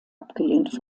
abgelehnt